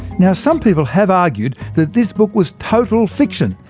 now some people have argued that this book was total fiction,